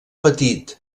petit